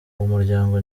muryango